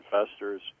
investors